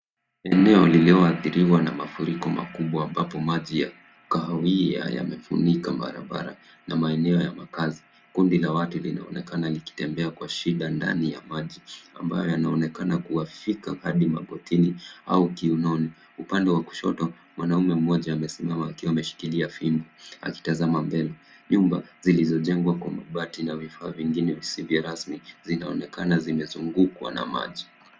Eneo lililoadhiriwa na mafuruko makubwa ambapo maji ya kahawia yamefunika barabara na maeneo ya makazi. Kundi la watu linaonekana likitembea kwa shida ndani ya maji ambayo yanaonekana kuwafika hadi magotini au kiononi. Upande wa kushoto, mwanaume mmoja amesimama akiwa ameshikilia fimbo akitazama mbele. Nyumba zilizojengwa kwa mabati na vifaa vingine visivyo rasmi zinaonekana zimezungukwa na maji.